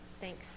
Thanks